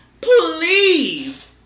Please